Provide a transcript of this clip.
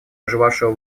пожелавшего